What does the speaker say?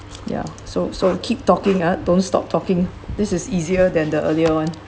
ya so so keep talking ah don't stop talking this is easier than the earlier on